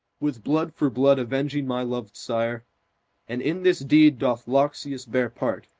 with blood for blood avenging my loved sire and in this deed doth loxias bear part,